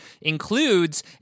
includes